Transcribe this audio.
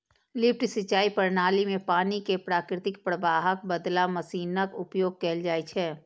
lift सिंचाइ प्रणाली मे पानि कें प्राकृतिक प्रवाहक बदला मशीनक उपयोग कैल जाइ छै